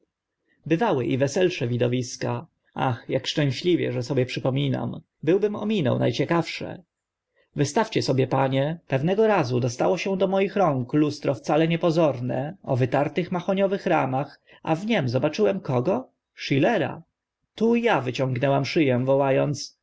bywały i weselsze widowiska ach ak szczęśliwie że sobie przypominam byłbym ominął na ciekawsze wystawcie sobie panie pewnego razu dostało się do moich rąk lustro wcale niepozorne o wytartych mahoniowych ramach a w nim zobaczyłem kogo schillera tu a wyciągnęłam szy